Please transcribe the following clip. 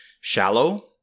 shallow